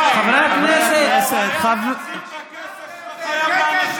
חברי הכנסת, קודם כול תחזיר את הכסף שאתה חייב.